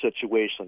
situation